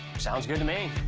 sounds good to me.